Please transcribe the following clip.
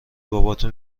باباتو